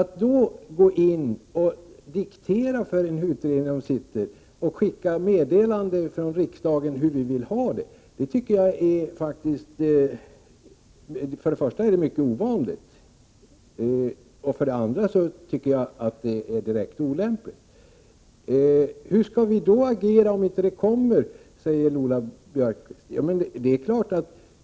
Att då gå in och diktera för utredningen, skicka meddelanden från riksdagen om hur vi vill ha det, är för det första mycket ovanligt, och för det andra tycker jag att det är direkt olämpligt. Hur skall vi då reagera, om det inte kommer ett bra förslag från utredningen? säger Lola Björkquist.